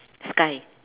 sky